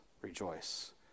rejoice